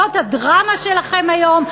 זאת הדרמה שלכם היום?